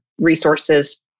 resources